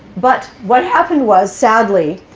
but what happened was, sadly,